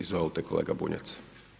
Izvolite kolega Bunjac.